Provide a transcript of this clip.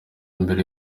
mbere